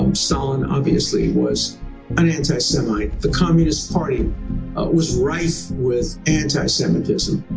um stalin obviously was an anti-semite. the communist party was rife with anti-semitism.